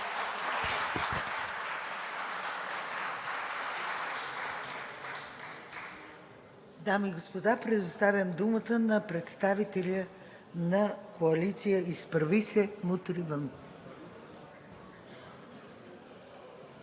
Дами и господа, предоставям думата на представителя на коалиция „Изправи се! Мутри, вън!“